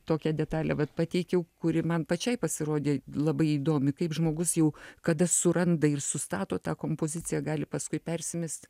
tokią detalę vat pateikiau kuri man pačiai pasirodė labai įdomi kaip žmogus jau kada suranda ir sustato tą kompoziciją gali paskui persimest